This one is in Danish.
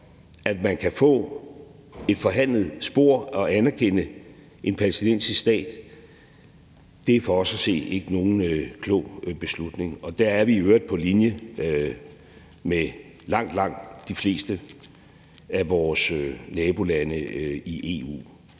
at man kan få et forhandlet spor og anerkende en palæstinensisk stat, er for os at se ikke nogen klog beslutning. Og der er vi i øvrigt på linje med langt, langt de fleste af vores nabolande i EU.